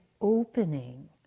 opening